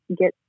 get